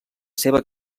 seva